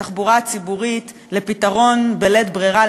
התחבורה הציבורית לפתרון בלית ברירה,